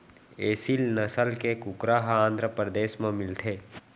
एसील नसल के कुकरा ह आंध्रपरदेस म मिलथे